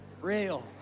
real